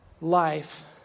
life